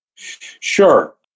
Sure